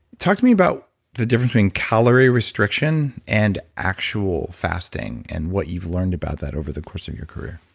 talk to me about the difference between calorie restriction, and actual fasting, and what you've learned about that over the course of your career?